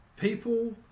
people